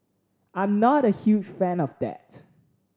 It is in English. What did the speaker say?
I'm not a huge fan of that